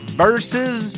versus